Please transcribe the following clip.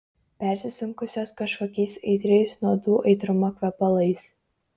persisunkusios kažkokiais aitriais nuodų aitrumo kvepalais